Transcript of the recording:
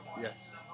Yes